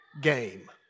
game